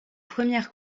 premières